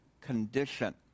condition